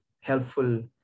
helpful